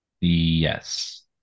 yes